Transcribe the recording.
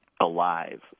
alive